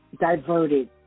diverted